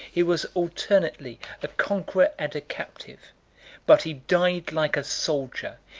he was alternately a conqueror and a captive but he died like a soldier,